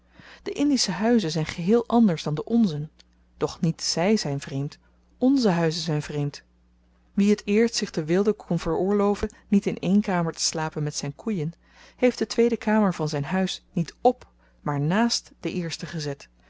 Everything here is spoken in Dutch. de indische huizen zyn geheel anders dan de onzen doch niet zy zyn vreemd onze huizen zyn vreemd wie t eerst zich de weelde kon veroorloven niet in één kamer te slapen met zyn koeien heeft de tweede kamer van zyn huis niet op maar naast de eerste gezet